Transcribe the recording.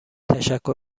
تشکر